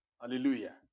Hallelujah